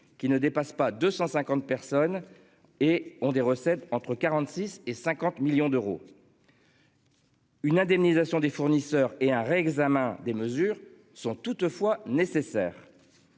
qui ne dépasse pas 250 personnes et ont des recettes entre 46 et 50 millions d'euros. Une indemnisation des fournisseurs et un examen des mesures sont toutefois nécessaires.--